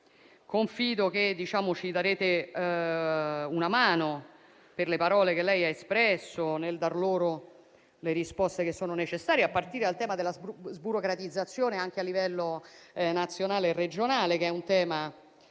Confido che ci darete una mano, per le parole che lei ha espresso, nel dar loro le risposte che sono necessarie, a partire dal tema della sburocratizzazione anche a livello nazionale e regionale, che condivido e